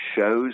shows